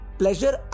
pleasure